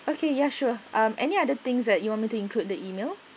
okay ya sure um any other things that you want me to include in the email